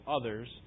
others